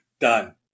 Done